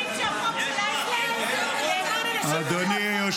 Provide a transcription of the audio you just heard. אנחנו מוכנים שהחוק של אייכלר למען אנשים עם מוגבלויות יעלה.